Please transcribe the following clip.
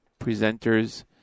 presenters